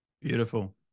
beautiful